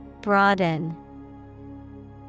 Broaden